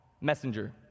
messenger